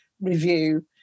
review